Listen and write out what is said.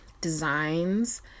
designs